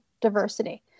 diversity